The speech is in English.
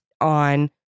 on